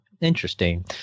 interesting